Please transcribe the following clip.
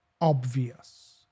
obvious